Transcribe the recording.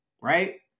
right